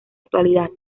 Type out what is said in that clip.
actualidad